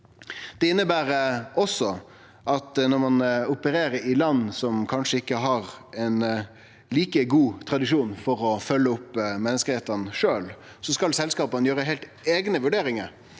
Det inneber også at når ein opererer i land som kanskje ikkje har ein like god tradisjon for å følge opp menneskerettane sjølv, så skal selskapa gjere heilt eigne vurderingar